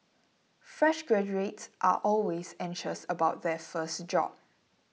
fresh graduates are always anxious about their first job